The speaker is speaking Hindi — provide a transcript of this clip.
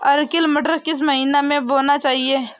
अर्किल मटर किस महीना में बोना चाहिए?